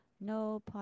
no